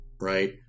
Right